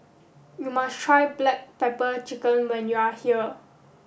you must try black pepper chicken when you are here